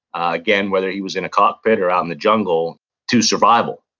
again, whether he was in a cockpit or out in the jungle to survival,